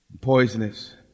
poisonous